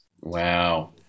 Wow